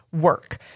work